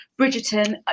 Bridgerton